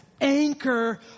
anchor